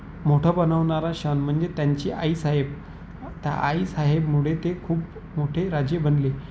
मोठं बनवणारा क्षण म्हणजे त्यांची आईसाहेब त्या आईसाहेबमुळे ते खूप मोठे राजे बनले